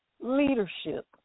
leadership